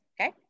Okay